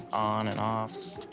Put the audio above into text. on and off.